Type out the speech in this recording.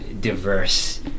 diverse